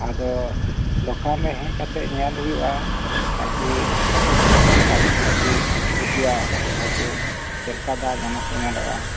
ᱟᱫᱚ ᱫᱚᱠᱟᱱ ᱨᱮ ᱦᱮᱡ ᱠᱟᱛᱮᱫ ᱧᱮᱞ ᱦᱩᱭᱩᱜᱼᱟ ᱟᱨᱠᱤ ᱚᱠᱟ ᱠᱚ ᱥᱟᱭᱠᱮᱞ ᱠᱩᱥᱤᱭᱟᱜᱼᱟ ᱚᱠᱟᱠᱚ ᱥᱟᱭᱠᱮᱞ ᱪᱮᱫ ᱞᱮᱠᱟ ᱫᱟᱢ ᱚᱱᱟ ᱠᱚ ᱧᱮᱞᱚᱜᱼᱟ